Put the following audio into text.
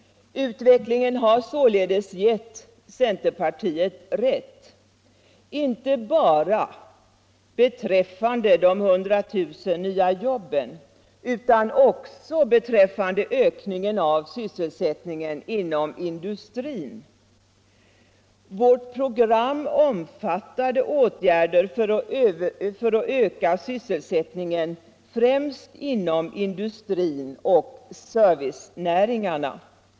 Utvecklingen har således gett centern rätt, inte bara beträffande de 100 000 jobben utan också beträffande ökningen av sysselsättningen inom industrin. Vårt program omfattade åtgärder för att öka sysselsättningen främst inom industrin och servicenäringarna.